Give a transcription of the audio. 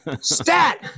stat